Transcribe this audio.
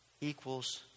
equals